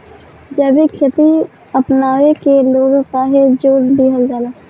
जैविक खेती अपनावे के लोग काहे जोड़ दिहल जाता?